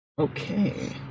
Okay